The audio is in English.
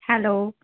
hello